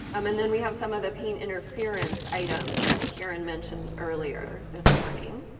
um and then we have some of the paint interference items that karon mentioned earlier this morning.